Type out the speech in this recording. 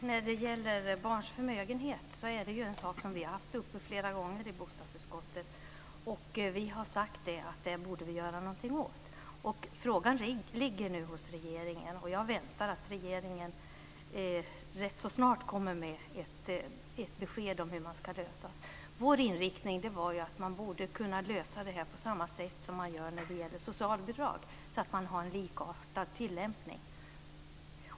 Herr talman! Barns förmögenhet är en fråga som vi flera gånger har haft uppe i bostadsutskottet. Vi har sagt att vi borde göra någonting åt den. Frågan ligger nu hos regeringen, och jag väntar mig att regeringen rätt snart kommer att ge ett besked om hur man ska lösa detta. Vår inriktning var att man borde kunna lösa detta på samma sätt som när det gäller socialbidrag. Man bör ha en likartad tillämpning.